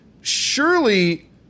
Surely